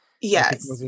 Yes